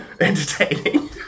entertaining